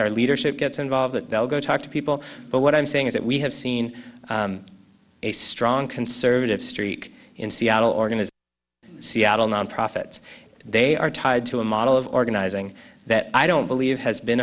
our leadership gets involved that they'll go talk to people but what i'm saying is that we have seen a strong conservative streak in seattle organised seattle nonprofits they are tied to a model of organizing that i don't believe has been